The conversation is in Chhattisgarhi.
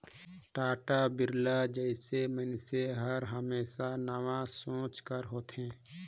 टाटा, बिरला जइसन मइनसे हर हमेसा नावा सोंच कर होथे